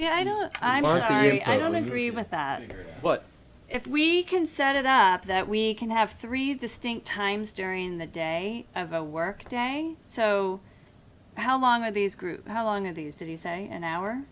yeah i know i'm sorry i don't agree with that but if we can set it up that we can have three distinct times during the day of a work day so how long are these groups how long are these did you say an hour